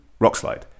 Rockslide